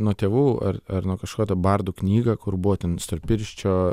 nuo tėvų ar ar nuo kažkotai bardų knygą kur buvo ten storpirščio